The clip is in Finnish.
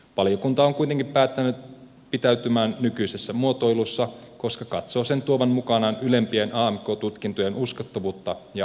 valiokunta on kuitenkin päättänyt pitäytyä nykyisessä muotoilussa koska katsoo sen tuovan mukanaan ylempien amk tutkintojen uskottavuutta ja osaamista